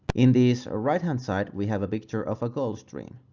in this right hand side we have a picture of a golf stream.